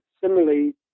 Similarly